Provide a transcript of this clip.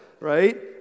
right